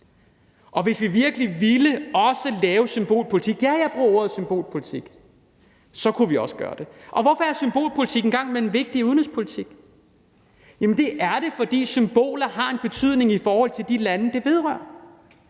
Og hvis vi virkelig også ville føre symbolpolitik – ja, jeg bruger ordet symbolpolitik – kunne vi også gøre det. Hvorfor er symbolpolitik en gang imellem vigtigt i udenrigspolitik? Det er det, fordi symboler har en betydning for de lande, det vedrører.